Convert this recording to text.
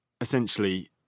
essentially